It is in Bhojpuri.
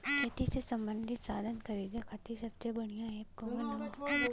खेती से सबंधित साधन खरीदे खाती सबसे बढ़ियां एप कवन ह?